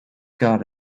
god